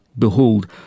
Behold